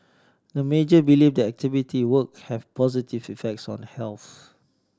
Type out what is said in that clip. the majority believe that activity work have positive effects on health